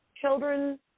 children